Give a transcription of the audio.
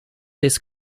his